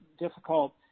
difficult